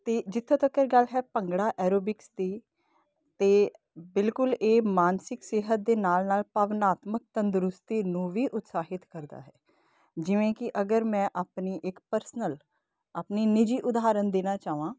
ਅਤੇ ਜਿੱਥੋਂ ਤੱਕ ਗੱਲ ਹੈ ਭੰਗੜਾ ਐਰੋਬਿਕਸ ਦੀ ਤਾਂ ਬਿਲਕੁਲ ਇਹ ਮਾਨਸਿਕ ਸਿਹਤ ਦੇ ਨਾਲ ਨਾਲ ਭਾਵਨਾਤਮਕ ਤੰਦਰੁਸਤੀ ਨੂੰ ਵੀ ਉਤਸ਼ਾਹਿਤ ਕਰਦਾ ਹੈ ਜਿਵੇਂ ਕਿ ਅਗਰ ਮੈਂ ਆਪਣੀ ਇੱਕ ਪਰਸਨਲ ਆਪਣੀ ਨਿੱਜੀ ਉਦਾਹਰਨ ਦੇਣਾ ਚਾਹਵਾਂ